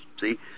see